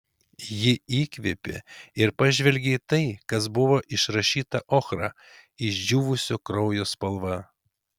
ji įkvėpė ir pažvelgė į tai kas buvo išrašyta ochra išdžiūvusio kraujo spalva